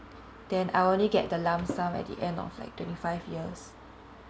then I'll only get the lump sum at the end of like twenty five years